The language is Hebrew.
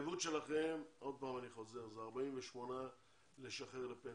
עוד פעם אני חוזר, זה 48 לשחרר לפנסיה,